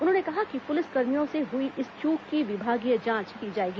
उन्होंने कहा कि पुलिसकर्मियों से हुई इस चूक की विभागीय जांच की जाएगी